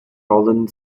rollen